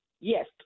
Yes